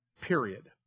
period